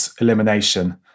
elimination